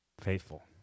faithful